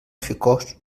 alficòs